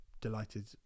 delighted